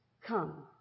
come